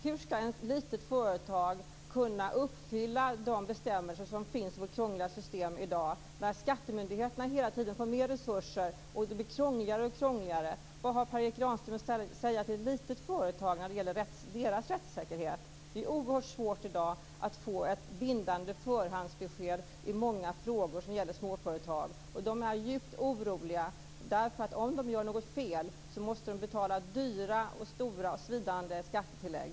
Hur ska ett litet företag kunna uppfylla de bestämmelser som finns i vårt krångliga system i dag när skattemyndigheterna hela tiden får mer resurser och det blir krångligare och krångligare? Vad har Per Erik Granström att säga till ett litet företag när det gäller dess rättssäkerhet? Det är i dag oerhört svårt att få ett bindande förhandsbesked i många frågor som gäller småföretag. Småföretagarna är djupt oroliga, därför att om de gör något fel så måste de betala dyra och svidande skattetillägg.